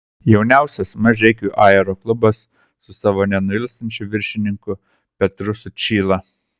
jauniausias mažeikių aeroklubas su savo nenuilstančiu viršininku petru sučyla